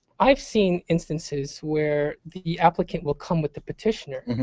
i've seen instances where the applicant will come with the petitioner.